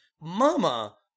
Mama